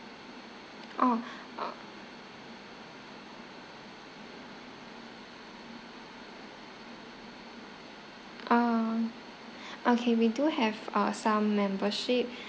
oh um okay we do have our some membership